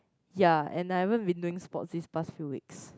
ya and I haven't been doing sports these past few weeks